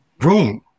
Room